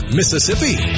Mississippi